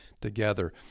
together